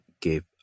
give